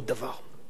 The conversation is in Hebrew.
אלי ישי,